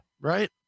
Right